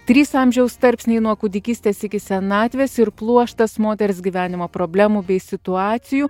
trys amžiaus tarpsniai nuo kūdikystės iki senatvės ir pluoštas moters gyvenimo problemų bei situacijų